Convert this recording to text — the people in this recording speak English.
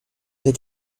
they